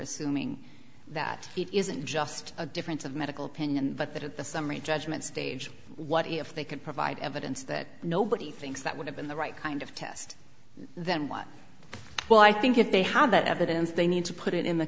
assuming that it isn't just a difference of medical opinion but that at the summary judgment stage what if they could provide evidence that nobody thinks that would have been the right kind of test then what well i think if they have that evidence they need to put it in the